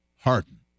harden